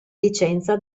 licenza